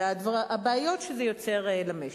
והבעיות שזה יוצר למשק.